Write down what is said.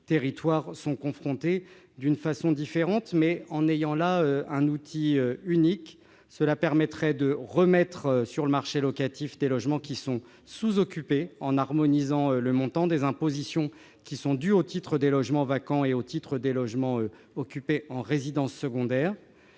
territoires sont confrontés, sous des formes différentes. Un outil unique permettrait de remettre sur le marché locatif des logements sous-occupés, en harmonisant le montant des impositions dues au titre des logements vacants et au titre des logements occupés en résidence secondaire,